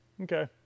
Okay